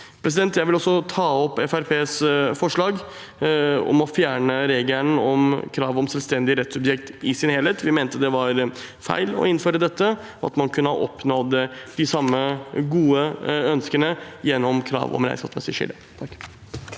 vil ta opp Fremskrittspartiets forslag om å fjerne regelen om krav om selvstendig rettssubjekt i sin helhet. Vi mente det var feil å innføre dette, og at man kunne ha oppnådd de samme gode ønskene gjennom krav om regnskapsmessig skille.